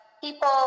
people